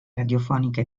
radiofoniche